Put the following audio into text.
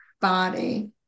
body